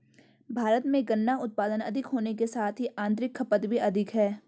भारत में गन्ना उत्पादन अधिक होने के साथ ही आतंरिक खपत भी अधिक है